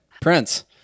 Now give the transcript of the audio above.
Prince